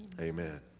Amen